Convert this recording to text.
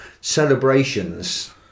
celebrations